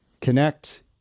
connect